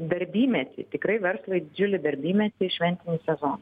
darbymetį tikrai verslui didžiulį darbymetį šventinį sezoną